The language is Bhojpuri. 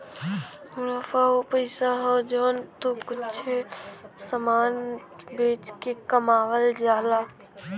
मुनाफा उ पइसा हौ जौन तू कुच्छों समान बेच के कमावल जाला